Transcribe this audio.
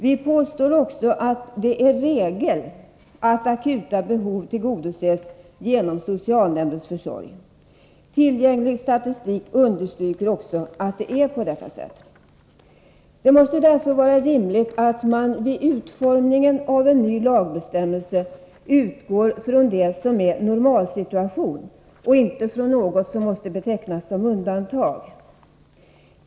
Vi påstår också att det är regel att akuta behov tillgodoses genom socialnämndens försorg. Tillgänglig statistik understryker också att det är på detta sätt. Det måste därför vara rimligt att man vid utformningen av en ny lagbestämmelse utgår från det som är normalsituation och inte från något som måste betecknas som undantag.